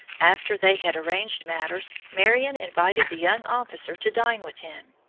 after they had arranged matters, marion invited the young officer to dine with him.